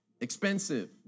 expensive